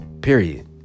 period